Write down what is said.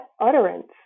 utterance